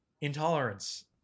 intolerance